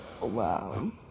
wow